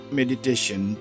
meditation